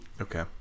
Okay